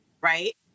right